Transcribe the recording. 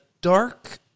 dark